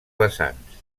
vessants